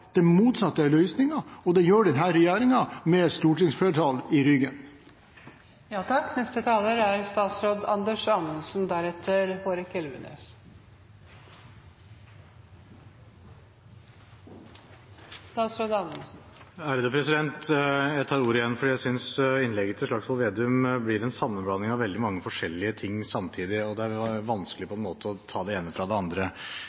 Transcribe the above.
Det motsatte er svaret, det motsatte er løsningen, og det gjør denne regjeringen med et stortingsflertall i ryggen. Jeg tar ordet igjen fordi jeg synes innlegget til Slagsvold Vedum blir en sammenblanding av veldig mange forskjellige ting samtidig, og det er vanskelig på en måte å ta det ene fra det andre.